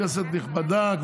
כנסת נכבדה,